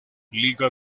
liga